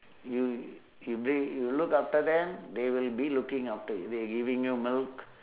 you you bring you look after them they will be looking after you they giving you milk